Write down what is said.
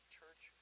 church